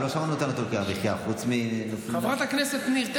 ששש, חברת הכנסת, זה